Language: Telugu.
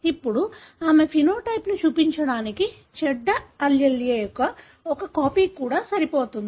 ఇప్పుడు ఆమె ఫెనోటైప్ ను చూపించడానికి చెడు allele యొక్క ఒక కాపీ కూడా సరిపోతుంది